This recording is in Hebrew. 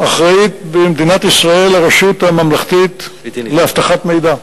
אחראית במדינת ישראל הרשות הממלכתית לאבטחת מידע,